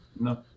No